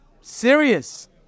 serious